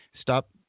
Stop